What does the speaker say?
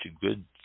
good